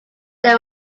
they